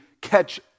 catch